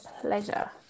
pleasure